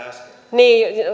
niin